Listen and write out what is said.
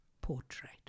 portrait